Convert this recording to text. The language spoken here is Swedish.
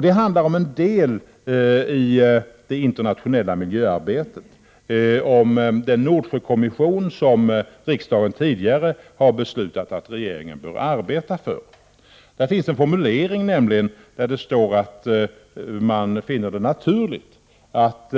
Det handlar om en deli det internationella miljöarbetet, den Nordsjökommission som riksdagen tidigare har beslutat att regeringen bör arbeta för. Där finns en formulering om att man finner det naturligt att